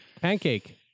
Pancake